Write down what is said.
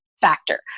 factor